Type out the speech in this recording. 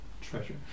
Treasure